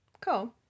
cool